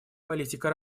политика